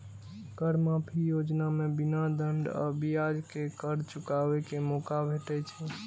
कर माफी योजना मे बिना दंड आ ब्याज के कर चुकाबै के मौका भेटै छै